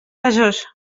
besòs